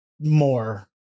more